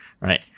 right